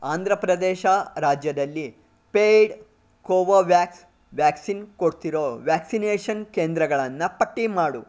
ಆಂಧ್ರ ಪ್ರದೇಶ ರಾಜ್ಯದಲ್ಲಿ paid Covovax vaccine ಕೊಡ್ತಿರೊ vaccination ಕೇಂದ್ರಗಳನ್ನು ಪಟ್ಟಿ ಮಾಡು